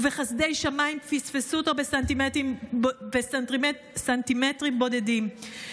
ובחסדי שמיים פספסו אותו בסנטימטרים בודדים.